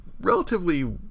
relatively